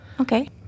Okay